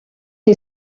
who